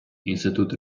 інститут